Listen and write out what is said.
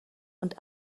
und